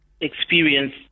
experience